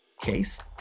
case